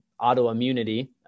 autoimmunity